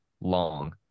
long